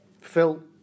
Phil